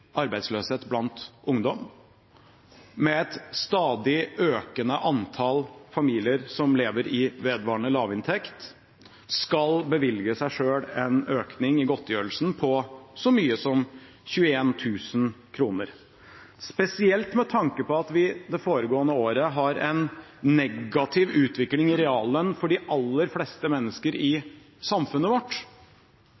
arbeidsløshet blant ungdom, og med et stadig økende antall familier som lever i vedvarende lavinntekt, skal bevilge seg selv en økning i godtgjørelsen på så mye som 21 000 kr – spesielt med tanke på at vi det foregående året har en negativ utvikling i reallønn for de aller fleste mennesker i